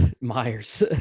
Myers